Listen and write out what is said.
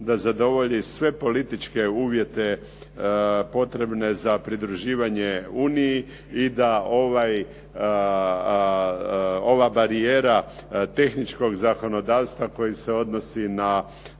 da zadovolji sve političke uvjete potrebne za pridruživanje Uniji i da ova barijera tehničkog zakonodavstva koji se odnosi na